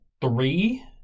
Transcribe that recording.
three